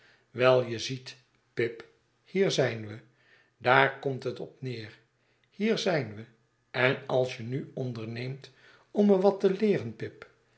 wel je ziet pip hier zijn we daar komt het op neer hier zijn we en als je nu onderneemt om me wat te leeren pip